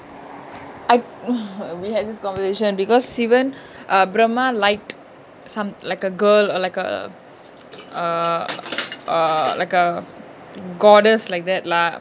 I we had this conversation because sivan err brahma liked some like a girl or like a like a goddess like that lah